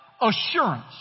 assurance